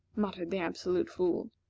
muttered the absolute fool.